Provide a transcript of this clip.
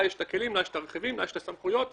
אף אחד פה לא יושב ומחכה לקריאה.